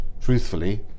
truthfully